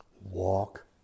Walk